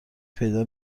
پیدا